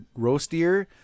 roastier